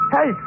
Hey